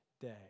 day